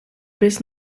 bist